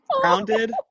grounded